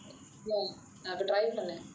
ya நான் இப்போ:naan ippo try பண்ணினேன்:panninaen